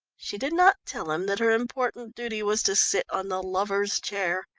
she did not tell him that her important duty was to sit on the lovers' chair.